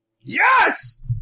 Yes